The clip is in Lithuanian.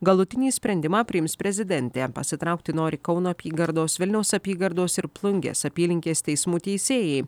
galutinį sprendimą priims prezidentė pasitraukti nori kauno apygardos vilniaus apygardos ir plungės apylinkės teismų teisėjai